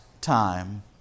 time